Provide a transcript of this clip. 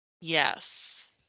Yes